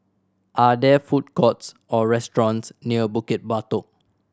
are there food courts or restaurants near Bukit Batok